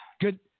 Good